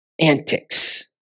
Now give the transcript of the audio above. antics